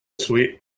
Sweet